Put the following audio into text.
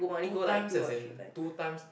two times as in two times